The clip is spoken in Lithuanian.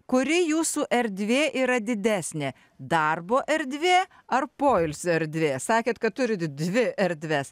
kuri jūsų erdvė yra didesnė darbo erdvė ar poilsio erdvė sakėt kad turit dvi erdves